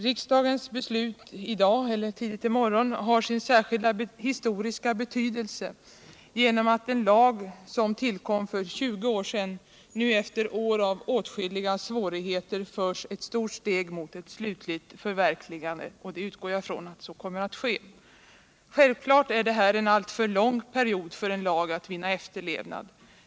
Riksdagens beslut i dag eller tidigt i morgon har sin särskilda historiska betydelse genom att en lag som tillkom för 20 år sedan nu efter år av åtskilliga svårigheter förs ett stort steg mot ett slutligt förverkligande — för jag utgår ifrån att så kommer att ske. Självklart är det här en alltför lång period för en lag att vinna efterlevnad.